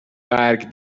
برگ